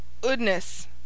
goodness